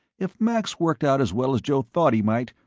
if max worked out as well as joe thought he might,